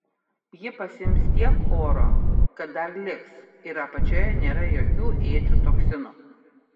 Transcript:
ji pasiims tiek oro kad dar liks ir apačioje nėra jokių ėdžių toksinų